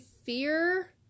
fear